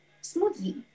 smoothly